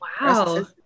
wow